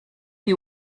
you